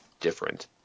different